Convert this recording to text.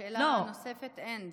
לשאלה הנוספת אין,